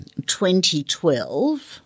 2012